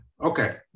Okay